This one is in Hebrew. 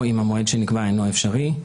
או אם המועד שנקבע אינו אפשרי,